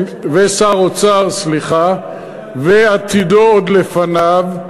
ושר אוצר, סליחה, ועתידו עוד לפניו,